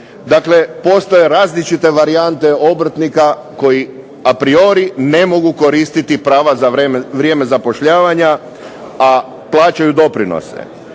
Dakle, postoje različite varijante obrtnika koji a priori ne mogu koristiti prava za vrijeme zapošljavanja a plaćaju doprinose.